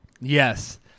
Yes